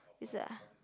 is